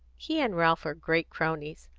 he and ralph are great cronies.